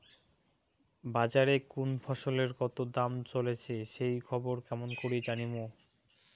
বাজারে কুন ফসলের কতো দাম চলেসে সেই খবর কেমন করি জানীমু?